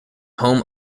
home